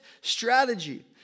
strategy